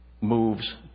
moves